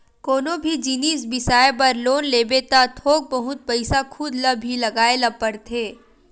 कोनो भी जिनिस बिसाए बर लोन लेबे त थोक बहुत पइसा खुद ल भी लगाए ल परथे